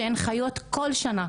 שהן חיות כל שנה,